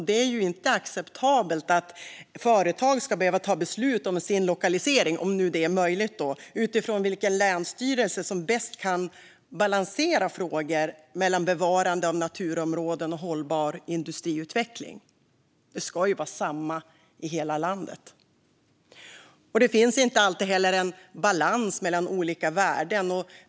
Det är inte acceptabelt att företag ska behöva fatta beslut om sin lokalisering - om det nu är möjligt - utifrån vilken länsstyrelse som bäst kan balansera frågor om bevarande av naturområden och hållbar industriutveckling. Det ska ju vara samma i hela landet. Det finns inte alltid balans mellan olika värden.